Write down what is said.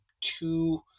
two